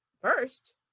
first